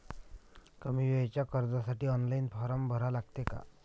कमी वेळेच्या कर्जासाठी ऑनलाईन फारम भरा लागते का?